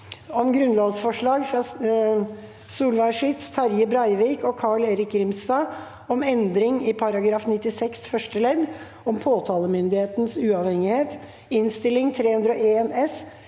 om Grunnlovsforslag fra Solveig Schytz, Terje Breivik og Carl-Erik Grimstad om endring i § 96 første ledd (om påtalemyndighetens uavhengighet) (Innst. 301 S